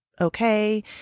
Okay